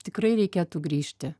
tikrai reikėtų grįžti